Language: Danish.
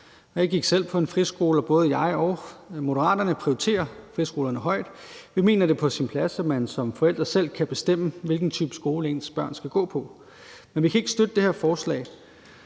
Jeg gik selv på en friskole, og både jeg og Moderaterne prioriterer friskolerne højt. Vi mener, at det er på sin plads, at man som forældre selv kan bestemme, hvilken type skole ens børn skal gå på. Men vi kan ikke støtte det her forslag.